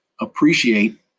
appreciate